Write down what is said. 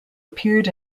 appeared